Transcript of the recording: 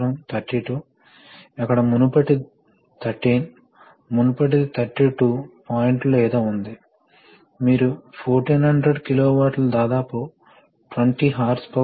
ఇప్పుడు మనము direction control valves కి వస్తాము ఇవి మనం హైడ్రాలిక్స్లో అధ్యయనం చేసిన డైరెక్షన్ కంట్రోల్ వాల్వ్స్ చాలా పోలి ఉంటాయి మరియు ఇది ఎప్పటికప్పుడు గాలి ప్రవాహాన్ని నియంత్రిస్తుంది మరియు మారుస్తుంది మనకు తెలిసిన వివిధ ఫంక్షనల్ టైప్స్ ఉన్నాయి